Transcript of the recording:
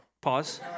Pause